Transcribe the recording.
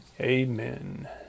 Amen